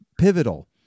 pivotal